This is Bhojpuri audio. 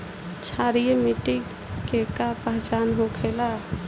क्षारीय मिट्टी के का पहचान होखेला?